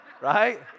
right